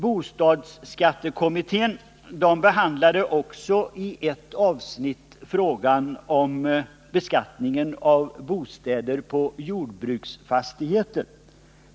Bostadsskattekommittén behandlade också i ett avsnitt frågan om beskattningen av bostäder på jordbruksfastigheter.